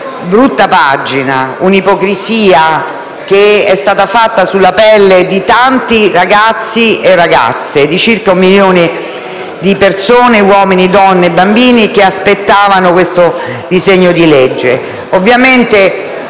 brutta pagina, un'ipocrisia sulla pelle di tanti ragazzi e ragazze, di circa un milione di persone, uomini, donne e bambini che aspettavano questa legge.